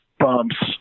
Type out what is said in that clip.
bumps